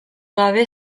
gabe